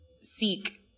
seek